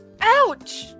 Ouch